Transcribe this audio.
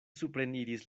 supreniris